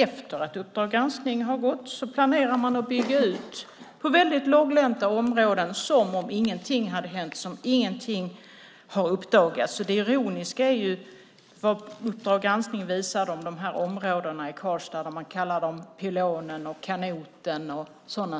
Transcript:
Efter att Uppdrag granskning har visats planerar man att bygga ut på väldigt låglänta områden som om ingenting hade hänt och som om ingenting har uppdagats. Det ironiska är vad Uppdrag granskning visar om de nya bostadsområden i Karlstad som kallas Pilonen och Kanoten och liknande